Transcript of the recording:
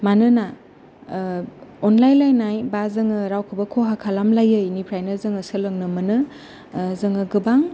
मानोना अनलाय लायनाय बा जोङो रावखौबो खहा खालाम लायै निफ्रायनो जोङो सोलोंनो मोनो जोङो गोबां